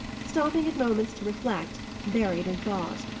stopping at moments to reflect, buried in thought.